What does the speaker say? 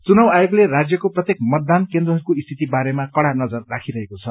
चुनाव आयोगले राज्यको प्रत्येक मतदान केन्द्रहरूको स्थिति बारेमा कड़ा नजर राखिरहेको छ